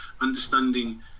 understanding